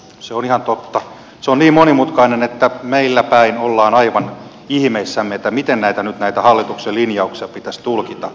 se on niin monimutkainen että meillä päin ollaan aivan ihmeissään miten nyt näitä hallituksen linjauksia pitäisi tulkita